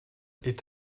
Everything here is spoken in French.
est